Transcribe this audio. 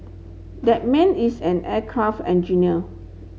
that man is an aircraft engineer